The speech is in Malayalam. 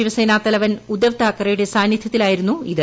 ശിവസേന തലവൻ ഉദ്ദവ് താക്കറെയുടെ സാന്നിധൃത്തിലായിരുന്നു ഇത്